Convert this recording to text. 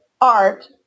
art